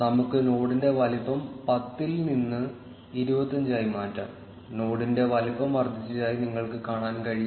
നമുക്ക് നോഡിന്റെ വലുപ്പം 10 ൽ നിന്ന് 25 ആയി മാറ്റാം നോഡിന്റെ വലുപ്പം വർദ്ധിച്ചതായി നിങ്ങൾക്ക് കാണാൻ കഴിയും